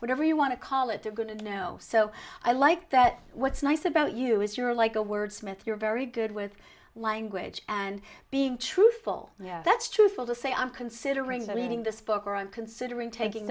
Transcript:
whatever you want to call it they're going to know so i like that what's nice about you is you're like a wordsmith you're very good with language and being truthful yeah that's true feel to say i'm considering leaving this book or i'm considering taking